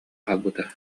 хаалбыта